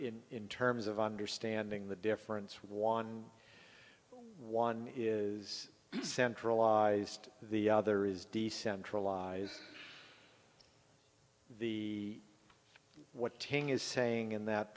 but in terms of understanding the difference one one is centralized the other is decentralized the what tang is saying and that